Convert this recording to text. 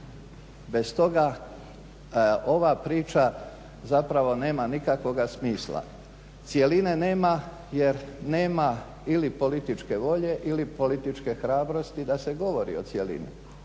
Bez toga ova priča zapravo nikakvoga smisla. Cjeline nema jer nema ili političke volje ili političke hrabrosti da se govori o cjelini,